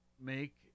make